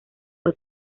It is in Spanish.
fue